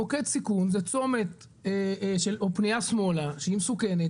מוקד סיכון זה צומת או פנייה שמאלה שהיא מצוינת,